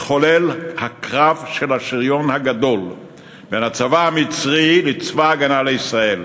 התחולל קרב השריון הגדול בין הצבא המצרי לצבא ההגנה לישראל